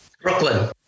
Brooklyn